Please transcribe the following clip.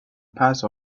past